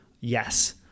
yes